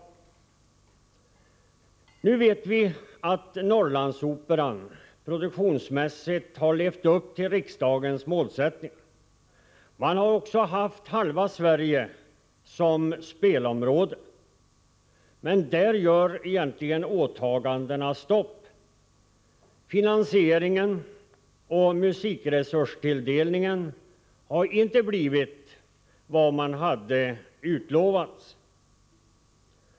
Nr 48 Na vet vi jakt Norrlandsoperan produktionsmässigt har levt upp till Tisdagen den riksdagens målsättning. Halva Sverige har utgjort dess spelområde. Men Ti décember 1984 sedan blir det egentligen stopp när det gäller åtagandena. Finansieringen och musikresurstilldelningen motsvarar inte vad som utlovats.